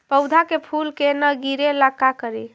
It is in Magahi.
पौधा के फुल के न गिरे ला का करि?